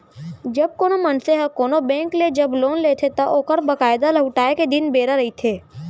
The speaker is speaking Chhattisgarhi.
जब कोनो मनसे ह कोनो बेंक ले जब लोन लेथे त ओखर बकायदा लहुटाय के दिन बेरा रहिथे